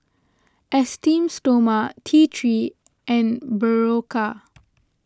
Esteem Stoma T three and Berocca